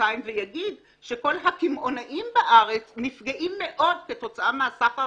מחרתיים ויגיד שכל הקמעונאיים בארץ נפגעים מאוד כתוצאה מהמסחר